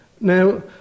Now